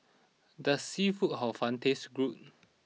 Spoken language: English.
does Seafood Hor Fun taste good